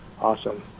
Awesome